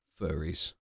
Furries